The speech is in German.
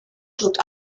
schluckt